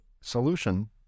solution